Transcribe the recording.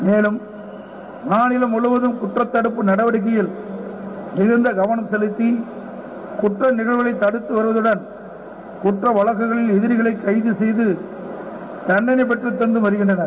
மேலம் மாநிலம் முழுவதம் குற்ற தடுப்பு நடவடிக்கைகளில் மிகுந்த கவனம் செலுத்தி குற்ற நிகழ்வுகளை தடுத்து வருவதடன் குற்ற வழக்குகளில் எதிரிகளை கைது செய்து தண்டளை பெற்றக்கந்து வருகின்றனர்